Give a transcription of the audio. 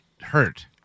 hurt